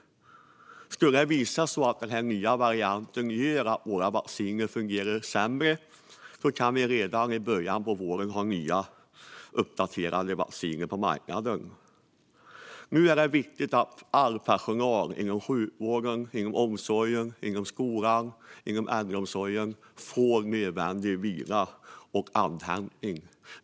Om det skulle visa sig att den nya varianten gör så att våra vacciner fungerar sämre kan det redan i början av våren finnas nya uppdaterade vacciner på marknaden. Nu är det viktigt att all personal inom sjukvården, omsorgen, skolan och äldreomsorgen får nödvändig vila och andhämtning.